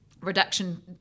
reduction